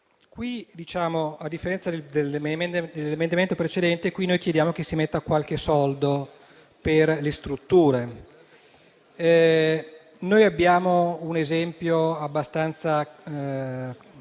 A differenza dell'emendamento precedente, qui noi chiediamo che si stanzi qualche risorsa per le strutture. Noi abbiamo un esempio abbastanza lampante